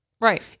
Right